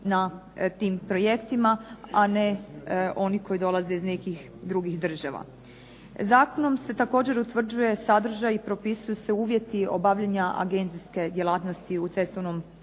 na tim projektima, a ne oni koji dolaze iz nekih drugih država. Zakonom se također utvrđuje sadržaj i propisuju se uvjeti obavljanja agencije djelatnosti u cestovnom